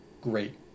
Great